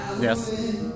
Yes